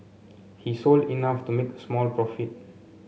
he sold enough to make a small profit